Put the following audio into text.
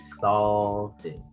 solved